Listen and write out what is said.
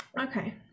Okay